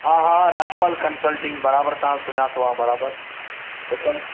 हा हा राजपाल कंसल्टिंग बराबरि तव्हां सुञातो आहे बराबरि हुकम